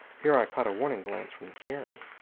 here i caught a warning glance from harry.